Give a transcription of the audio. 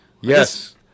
Yes